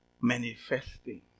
manifesting